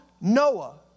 Noah